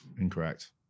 Incorrect